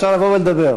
אפשר לבוא ולדבר.